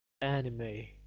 Anime